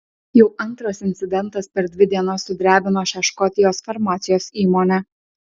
jau antras incidentas per dvi dienas sudrebino šią škotijos farmacijos įmonę